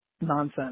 nonsense